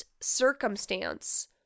circumstance